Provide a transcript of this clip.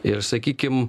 ir sakykim